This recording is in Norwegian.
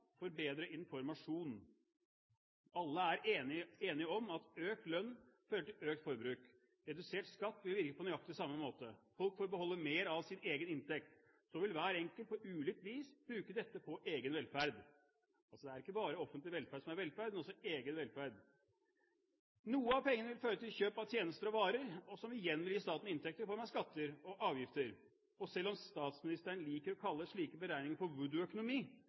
informasjon. Alle er enige om at økt lønn fører til økt forbruk. Redusert skatt vil virke på nøyaktig samme måte. Folk får beholde mer av sin egen inntekt, og så vil hver enkelt på ulikt vis bruke dette på egen velferd. Altså: Det er ikke bare offentlig velferd som er velferd, men også egen velferd. Noe av pengene vil føre til kjøp av tjenester og varer, som igjen vil gi staten inntekter i form av skatter og avgifter. Og selv om statsministeren liker å kalle slike beregninger for